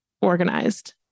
organized